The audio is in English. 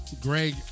Greg